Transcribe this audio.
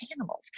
animals